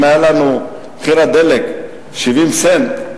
אם מחיר הדלק היה אצלנו 70 סנט,